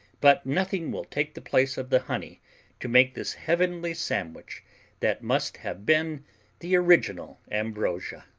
but nothing will take the place of the honey to make this heavenly sandwich that must have been the original ambrosia.